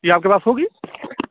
یہ آپ کے پاس ہوگی